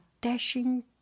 dashing